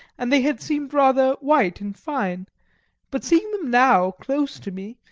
and they had seemed rather white and fine but seeing them now close to me,